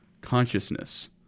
consciousness